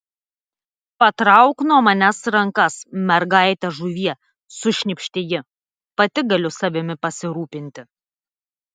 patrauk nuo manęs rankas mergaite žuvie sušnypštė ji pati galiu savimi pasirūpinti